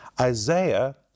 Isaiah